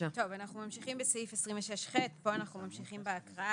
אנחנו ממשיכים בסעיף 26ח. כאן אנחנו ממשיכים בהקראה.